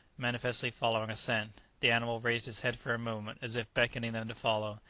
manifestly following a scent the animal raised his head for a moment, as if beckoning them to follow,